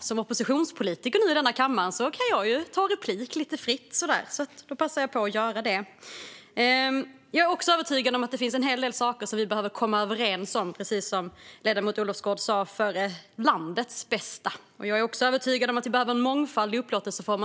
Som oppositionspolitiker nu i denna kammare kan jag ju begära replik lite fritt. Därför passar jag på att göra det. Jag är övertygad om att det finns en hel del saker som vi behöver komma överens om, precis som ledamoten Olofsgård sa, för landets bästa. Jag är också övertygad om att vi behöver en mångfald av upplåtelseformer.